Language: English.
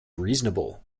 reasonable